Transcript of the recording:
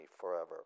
forever